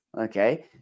okay